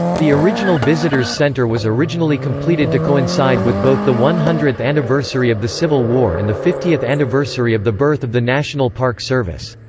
the original visitors center was originally completed to coincide with both the one hundredth anniversary of the civil war and the fiftieth anniversary of the birth of the national park service.